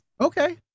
Okay